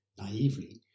naively